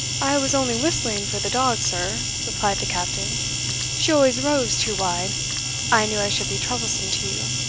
i was only whistling for the dog, sir, replied the captain she always roves too wide i knew i should be troublesome to you.